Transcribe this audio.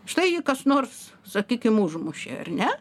štai kas nors sakykim užmušė ar ne